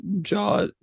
jaw